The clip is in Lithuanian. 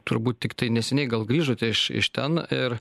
turbūt tiktai neseniai grįžote iš iš ten ir